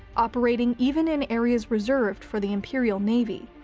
operating even in areas reserved for the imperial navy,